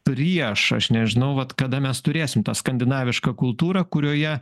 prieš aš nežinau vat kada mes turėsim tą skandinavišką kultūrą kurioje